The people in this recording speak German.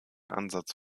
ansatz